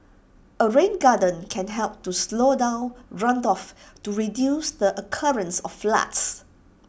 A rain garden can help to slow down runoffs to reduce the occurrence of floods